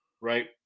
right